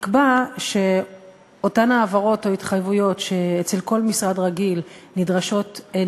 נקבע שאותן העברות או התחייבויות שבכל משרד רגיל דורשות